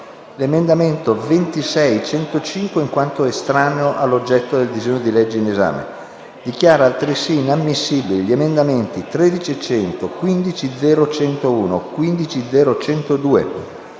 l’emendamento 26.105, in quanto estraneo all’oggetto del disegno di legge in esame; dichiara altresì inammissibili gli emendamenti 13.100, 15.0.101 e 15.0.102